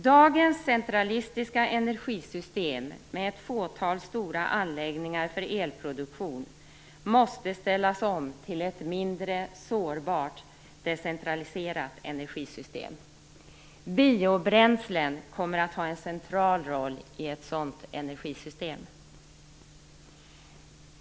Dagens centralistiska energisystem med ett fåtal stora anläggningar för elproduktion måste ställas om till ett mindre sårbart decentraliserat energisystem. Biobränslen kommer att ha en central roll i ett sådant energisystem.